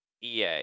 EA